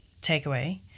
takeaway